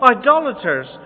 idolaters